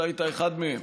שאתה היית אחד מהם,